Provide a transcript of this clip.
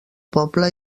poble